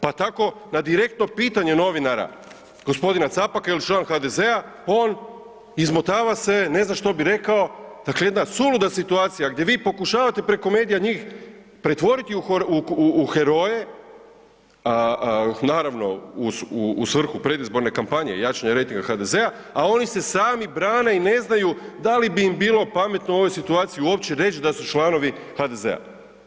Pa tako na direktno pitanje novinara g. Capaka je li član HDZ-a on izmotava se, ne zna što bi rekao, dakle jedna suluda situacija, gdje vi pokušavate preko medija njih pretvoriti u heroje, naravno u svrhu predizborne kampanje, jačanja rejtinga HDZ-a, a oni se sami brane i ne znaju da li bi im bilo pametno u ovoj situaciji uopće reći da su članovi HDZ-a.